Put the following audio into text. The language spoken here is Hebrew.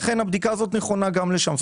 לכן הבדיקה הזאת נכונה גם לשם.